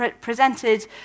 presented